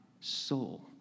soul